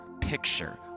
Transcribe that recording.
picture